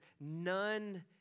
none